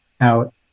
out